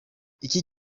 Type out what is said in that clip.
iki